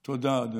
(אומרת בשפת הסימנים: תודה רבה.)